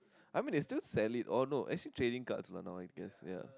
I mean it's still silly oh no actually training guards lah now I guess ya